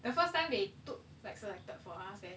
the F